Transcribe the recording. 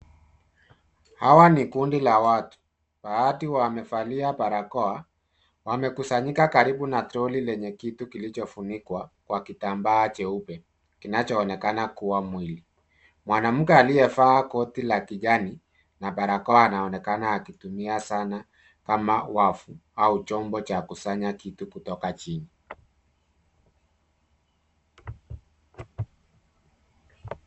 Hawa ni kundi la watu baadhi wamevalia barakoa, wamekusanyika karibu na toroli lenye kitu kilichofunikwa kwa kitambaa cheupe, kinachoonekana kuwa mwili, mwanamke aliyevaa koti la kijani na barakoa anaonekana akitumia sana kama wafu au chombo cha kusanya kitu kutoka chini.